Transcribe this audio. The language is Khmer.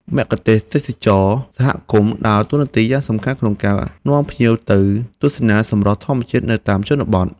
មគ្គុទ្ទេសក៍ទេសចរណ៍សហគមន៍ដើរតួនាទីយ៉ាងសំខាន់ក្នុងការនាំភ្ញៀវទៅទស្សនាសម្រស់ធម្មជាតិនៅតាមជនបទ។